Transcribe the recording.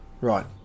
Right